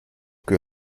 que